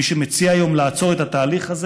מי שמציע היום לעצור את התהליך הזה